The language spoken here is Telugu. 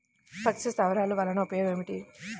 పక్షి స్థావరాలు వలన ఉపయోగం ఏమిటి?